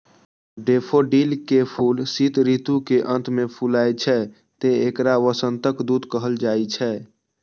daffodil के फूल शीत ऋतु के अंत मे फुलाय छै, तें एकरा वसंतक दूत कहल जाइ छै